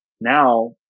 now